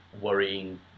worrying